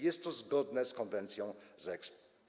Jest to zgodne z konwencją z Espoo.